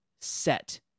set